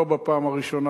לא בפעם הראשונה,